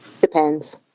Depends